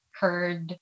heard